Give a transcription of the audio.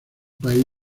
país